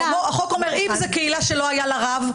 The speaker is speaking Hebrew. החוק אומר שאם זאת קהילה שלא היה לה רב,